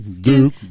Duke